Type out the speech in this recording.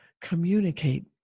communicate